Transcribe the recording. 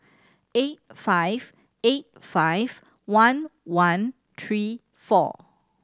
eight five eight five one one three four